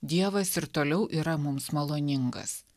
dievas ir toliau yra mums maloningas